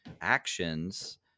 actions